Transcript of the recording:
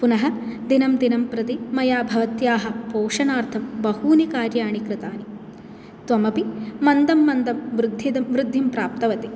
पुनः दिनं दिनं प्रति मया भवत्याः पोषणार्थं बहूनि कार्याणि कृतानि त्वमपि मन्दं मन्दं वृधिद वृद्धिं प्राप्तवती